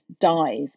dies